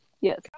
Yes